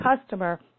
customer